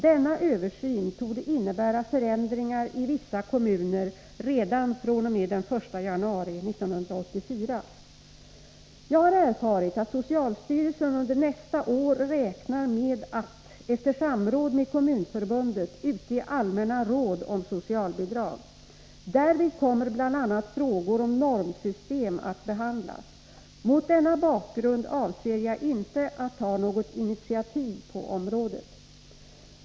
Denna översyn torde innebära förändringar i vissa kommuner redan fr.o.m. den 1 januari 1984. Jag har erfarit att socialstyrelsen under nästa år räknar med att — efter samråd med Kommunförbundet — utge allmänna råd om socialbidrag. Därvid kommer bl.a. frågor om normsystem att behandlas. Mot denna bakgrund avser jag inte att ta något initiativ på området.